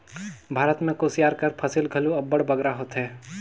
भारत में कुसियार कर फसिल घलो अब्बड़ बगरा होथे